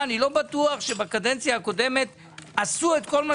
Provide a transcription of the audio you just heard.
אני לא בטווח שבקדנציה הקודמת עשו את כל מה